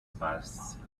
passed